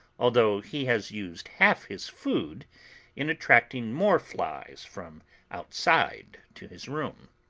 although he has used half his food in attracting more flies from outside to his room.